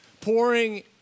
Pouring